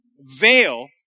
veil